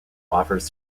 offers